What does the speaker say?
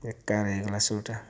ବେକାର ହେଇଗଲା ଶୁ'ଟା